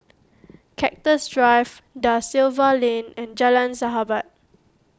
Cactus Drive Da Silva Lane and Jalan Sahabat